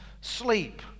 sleep